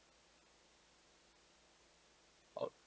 oh